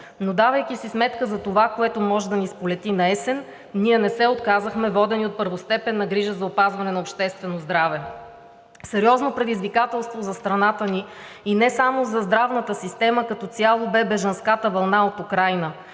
но давайки си сметка за това, което може да ни сполети наесен, ние не се отказахме, водени от първостепенна грижа за опазване на общественото здраве. Сериозно предизвикателство за страната ни – и не само за здравната система като цяло, бе бежанската вълна от Украйна.